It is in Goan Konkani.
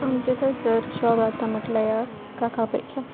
आमचे थंयसर शॉप आहां तां म्हटल्यार ह्यां काका पैचां